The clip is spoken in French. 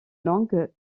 langue